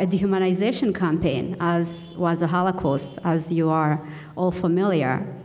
a dehumanization campaign as was the holocaust as you are all familiar.